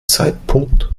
zeitpunkt